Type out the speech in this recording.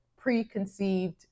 preconceived